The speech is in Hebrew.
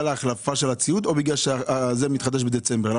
ההחלפה של הציוד או בגלל שההסכם מתחדש בדצמבר?